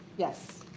yes.